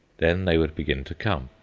then they would begin to come,